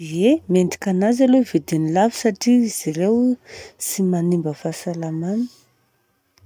Ie, mendrika anazy aloha ny vidiny lafo satria izy ireo tsy manimba fahasalamana.